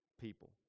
people